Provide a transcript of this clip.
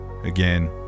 Again